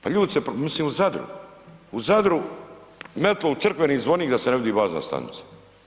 Pa ljudi se, mislim u Zadru, u Zadru metlo u crkveni zvonik da se ne vidi bazna stanica.